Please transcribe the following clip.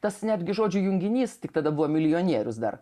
tas netgi žodžių junginys tik tada buvo milijonierius dar